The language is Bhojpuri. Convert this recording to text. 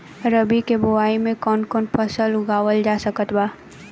रबी के बोआई मे कौन कौन फसल उगावल जा सकत बा?